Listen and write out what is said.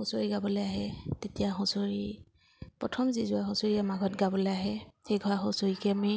হুঁচৰি গাবলৈ আহে তেতিয়া হুঁচৰি প্ৰথম যি যোৰা হুঁচৰি আমাৰ ঘৰত গাবলৈ আহে সেই ঘৰা হুঁচৰিকে আমি